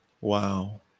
Wow